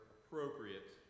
appropriate